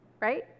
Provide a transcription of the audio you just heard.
Right